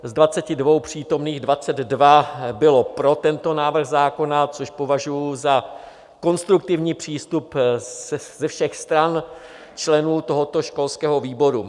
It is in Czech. Z 22 přítomných 22 bylo pro tento návrh zákona, což považuji za konstruktivní přístup ze všech stran členů tohoto školského výboru.